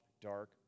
dark